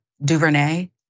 DuVernay